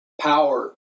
power